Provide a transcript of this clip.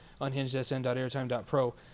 unhingedSN.airtime.pro